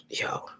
yo